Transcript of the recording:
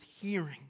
hearing